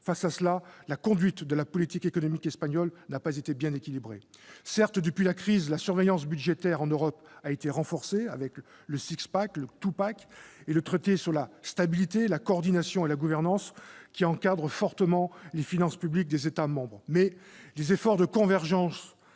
Face à cela, la conduite de la politique économique espagnole n'a pas été équilibrée. Certes, depuis la crise, la surveillance budgétaire en Europe a été renforcée, avec le six-pack, le two-pack et le Traité sur la stabilité, la coordination et la gouvernance, qui encadre fortement les finances publiques des États membres. Mais les efforts de convergence